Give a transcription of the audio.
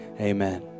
Amen